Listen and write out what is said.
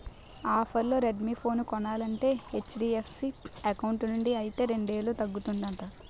ఆఫర్లో Redmi phone కొనాలంటే HDFC account నుండి అయితే రెండేలు తగ్గుతుందట